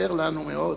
חסר לנו מאוד,